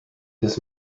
this